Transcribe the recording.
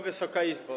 Wysoka Izbo!